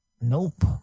Nope